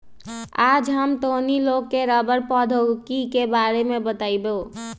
आज हम तोहनी लोग के रबड़ प्रौद्योगिकी के बारे में बतईबो